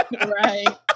Right